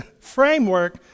framework